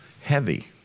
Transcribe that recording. heavy